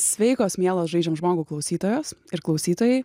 sveikos mielos žaidžiam žmogų klausytojos ir klausytojai